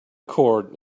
cord